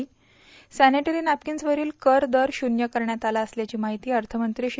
र सॅनेटरी नॅपकिन्सवरील कर दर शून्य करण्यात आला असल्याची माहिती अर्थमंत्री श्री